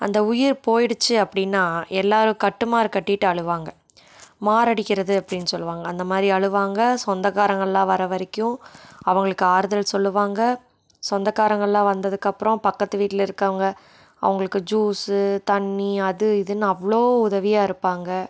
அந்த உயிர் போயிடுச்சு அப்படின்னா எல்லோரும் கட்டுமாரு கட்டிகிட்டு அழுவாங்க மாரடிக்கிறது அப்படின்னு சொல்வாங்க அந்தமாதிரி அழுவாங்க சொந்தக்காரங்களெலாம் வரவரைக்கும் அவங்களுக்கு ஆறுதல் சொல்லுவாங்க சொந்தக்காரங்களெலாம் வந்ததுக்கப்புறம் பக்கத்து வீட்டில் இருக்கவங்க அவங்களுக்கு ஜூஸு தண்ணி அது இதுன்னு அவ்வளோ உதவியாக இருப்பாங்க